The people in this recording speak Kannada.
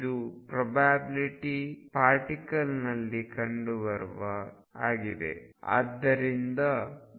ಇದು ಪಾರ್ಟಿಕಲ್ನಲ್ಲಿ ಕಂಡುಬರುವ ಪ್ರೊಬ್ಯಾಬಿಲ್ಟಿ